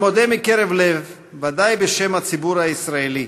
אני מודה מקרב לב, בוודאי בשם הציבור הישראלי,